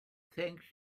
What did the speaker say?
thanks